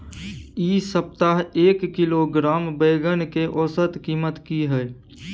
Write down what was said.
इ सप्ताह एक किलोग्राम बैंगन के औसत कीमत की हय?